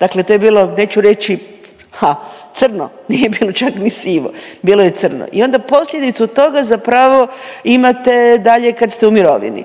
Dakle to je bilo, neću reći, ha, crno, nije bilo čak ni sivo, bilo je crno i onda posljedicu toga zapravo imate dalje kad ste u mirovini.